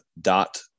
dot